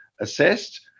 assessed